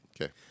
Okay